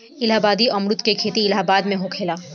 इलाहाबादी अमरुद के खेती इलाहाबाद में होखेला